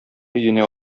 өенә